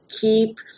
keep